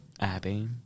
Abby